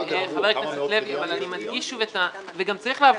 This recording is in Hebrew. חבר הכנסת לוי, אני מדגיש שוב וגם צריך להבחין,